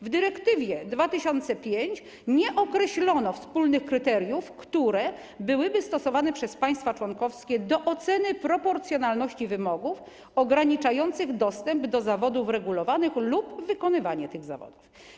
W dyrektywie 2005 nie określono wspólnych kryteriów, które byłyby stosowane przez państwa członkowskie do oceny proporcjonalności wymogów ograniczających dostęp do zawodów regulowanych lub wykonywanie tych zawodów.